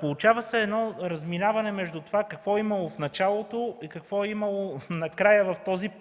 Получава се едно разминаване между това какво е имало в началото и какво е имало накрая в този по